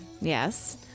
Yes